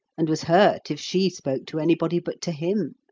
and was hurt if she spoke to anybody but to him.